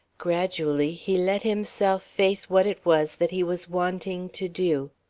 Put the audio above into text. gradually he let himself face what it was that he was wanting to do.